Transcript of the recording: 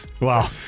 wow